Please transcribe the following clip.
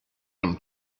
him